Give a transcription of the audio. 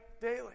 daily